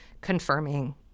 confirming